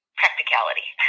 practicality